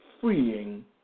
freeing